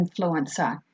influencer